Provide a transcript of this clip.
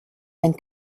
and